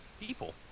People